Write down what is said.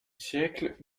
siècle